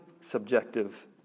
subjective